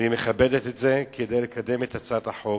והיא מכבדת את זה, כדי לקדם את הצעת החוק.